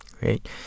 Great